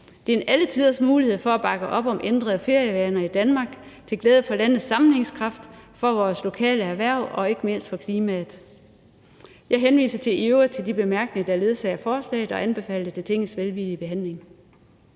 Det er alle tiders mulighed for at bakke op om ændrede ferievaner i Danmark til glæde for landets sammenhængskraft, for vores lokale erhverv og ikke mindst for klimaet. Jeg henviser i øvrigt til de bemærkninger, der ledsager forslaget, og anbefaler det til Tingets velvillige behandling.